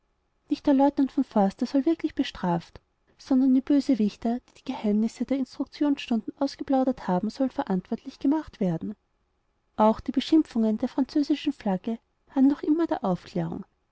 nicht der leutnant von forstner soll wirklich bestraft sondern die bösewichter die die geheimnisse der instruktions stunden ausgeplaudert haben sollen verantwortlich gemacht werden auch die beschimpfungen der französischen flagge harren noch immer der aufklärung